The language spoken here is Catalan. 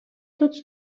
tots